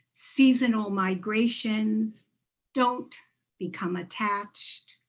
seasonal migrations don't become attached.